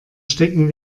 stecken